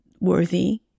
worthy